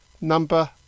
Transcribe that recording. number